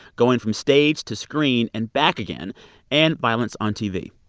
going from stage to screen and back again and violence on tv